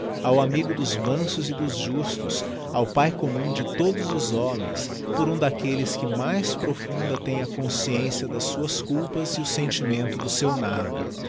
ao amigo dos mansos e dos justos ao pae commum de todos os homens por um d'aquelles que mais profunda tem a consciência das suas culpas e o sentimento do seu nada